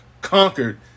conquered